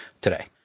today